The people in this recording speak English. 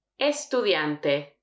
Estudiante